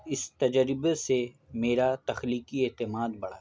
اس تجربہ سے میرا تخلیقی اعتماد بڑھا